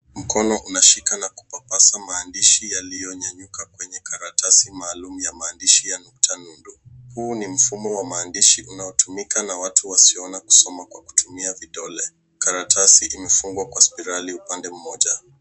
Mkono unashika na kupapasa maandishi yaliyonyanyuka kwenye karatasi maalum ya maandishi ya nukta nundu. Huu ni mfumo wa maandishi unaotumika na watu wasioona kusoma kwa kutumia vidole. Karatasi imefungwa kwa spiral upande mmoja.